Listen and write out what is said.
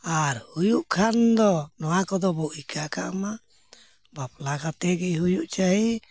ᱟᱨ ᱦᱩᱭᱩᱜ ᱠᱷᱟᱱ ᱫᱚ ᱱᱚᱣᱟ ᱠᱚᱫᱚ ᱵᱚᱱ ᱤᱠᱟᱹᱠᱟᱜ ᱢᱟ ᱵᱟᱯᱞᱟ ᱠᱟᱛᱮᱫ ᱜᱮ ᱦᱩᱭᱩᱜ ᱪᱟᱹᱦᱤ